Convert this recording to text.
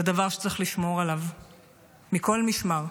זה דבר שצריך לשמור עליו מכל משמר,